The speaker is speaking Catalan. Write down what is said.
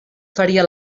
faria